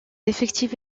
effectifs